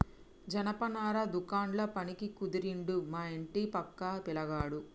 జనపనార దుకాండ్ల పనికి కుదిరిండు మా ఇంటి పక్క పిలగాడు